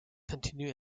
continue